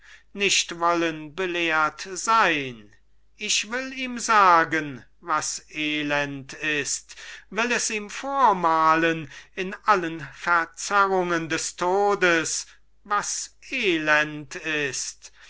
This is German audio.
ist nicht wollen belehrt sein ich will ihm sagen was elend ist will es ihm vormalen in allen verzerrungen des todes was elend ist will